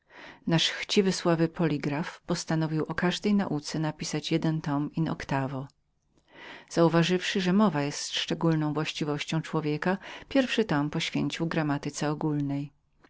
nasz chciwy sławy polygraf postanowił o każdej nauce napisać jeden tom in vo uważając że słowo było szczególną własnością człowieka pierwszy tom poświęcił gramatyce